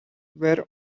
where